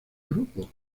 grupo